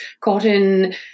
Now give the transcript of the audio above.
cotton